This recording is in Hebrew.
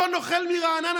אותו נוכל מרעננה,